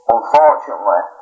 Unfortunately